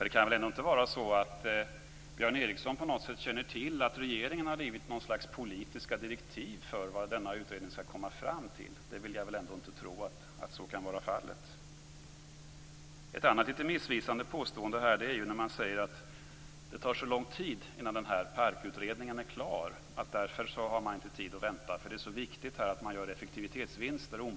Det kan väl ändå inte vara så att Björn Ericson på något sätt känner till att regeringen har givit något slags politiska direktiv för vad denna utredning skall komma fram till? Att så kan vara fallet vill jag ändå inte tro. Ett annat litet missvisande påstående som har gjorts här är att det skulle ta så lång tid innan PARK utredningen är klar. Därför har man inte tid att vänta, eftersom det är så viktigt att man omedelbart gör effektivitetsvinster.